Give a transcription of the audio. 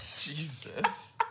Jesus